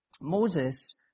Moses